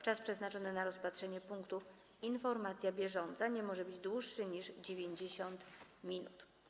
Czas przeznaczony na rozpatrzenie punktu: Informacja bieżąca nie może być dłuższy niż 90 minut.